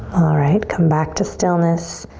alright, come back to stillness.